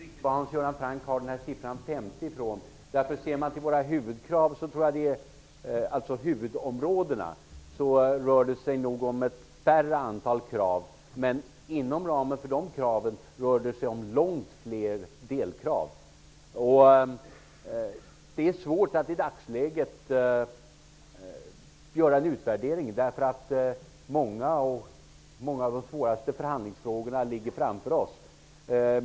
Herr talman! Jag vet inte riktigt var Hans Göran Franck får siffran 50 från. Ser man till våra krav på huvudområdena, rör det sig om ett färre antal krav, men inom ramen för dessa krav rör det sig om långt fler delkrav. Det är svårt att i dagsläget göra en utvärdering, därför att många av de svåraste förhandlingsfrågorna ligger framför oss.